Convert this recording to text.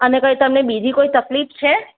અને કાંઈ તમને બીજી કોઈ તકલીફ છે